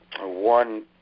One